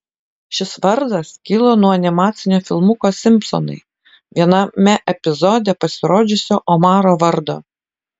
šis vardas kilo nuo animacinio filmuko simpsonai viename epizode pasirodžiusio omaro vardo